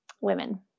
women